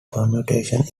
permutation